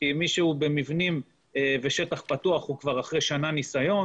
כי מישהו במבנים ושטח פתוח הוא כבר אחרי שנה ניסיון,